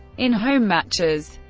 in home matches,